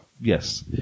yes